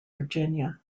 virginia